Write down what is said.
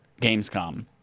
gamescom